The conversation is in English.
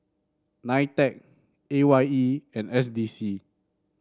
Nitec A Y E and S D C